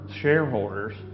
shareholders